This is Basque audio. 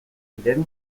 diren